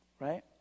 right